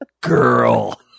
Girl